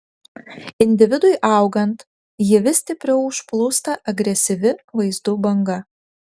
individui augant jį vis stipriau užplūsta agresyvi vaizdų banga